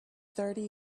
thirty